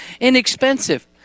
inexpensive